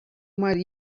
might